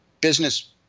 business